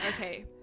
Okay